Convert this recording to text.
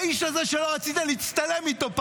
האיש הזה שלא רצית להצטלם איתו פעם,